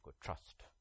trust